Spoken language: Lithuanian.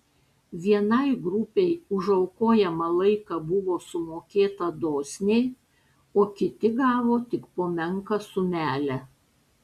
vienai grupei už aukojamą laiką buvo sumokėta dosniai o kiti gavo tik po menką sumelę